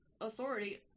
authority